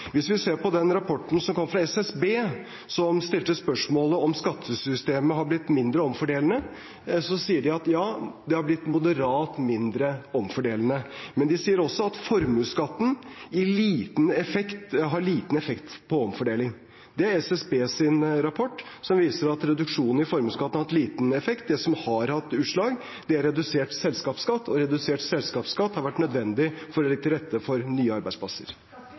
Hvis vi ser på rapporten fra SSB som stilte spørsmålet om skattesystemet har blitt mindre omfordelende, så sier den at det har blitt moderat mindre omfordelende, men den sier også at formuesskatten har liten effekt på omfordeling. Det viser SSBs rapport, at reduksjonen i formuesskatten har hatt liten effekt. Det som har hatt utslag, er redusert selskapsskatt, og redusert selskapsskatt har vært nødvendig for å legge til rette for nye arbeidsplasser.